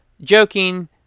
Joking